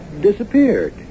disappeared